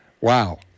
Wow